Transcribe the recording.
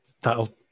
that'll